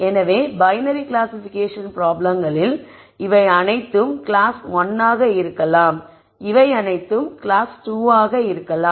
எனவே binary classification ப்ராப்ளம்களில் இவை அனைத்தும் கிளாஸ் 1 ஆக இருக்கலாம் இவை அனைத்தும் கிளாஸ் 2 ஆக இருக்கலாம்